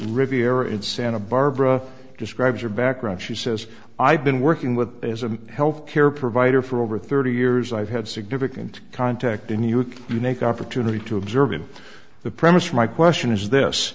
riviere it's an a barbara describes her background she says i've been working with as a health care provider for over thirty years i've had significant contact in the unique opportunity to observe and the premise for my question is this